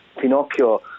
Pinocchio